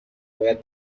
باید